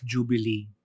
Jubilee